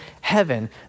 heaven